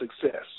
success